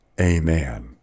Amen